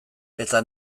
eta